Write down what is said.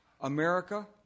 America